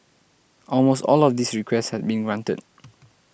almost all of these requests had been granted